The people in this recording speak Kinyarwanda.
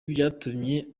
byatumye